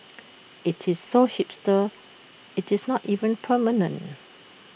IT is so hipster IT is not even permanent